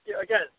Again